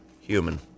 Human